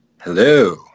Hello